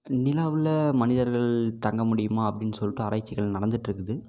நிலாவில் மனிதர்கள் தங்க முடியுமா அப்டின்னு சொல்லிட்டு ஆராய்ச்சிகள் நடந்துட்டுருக்குது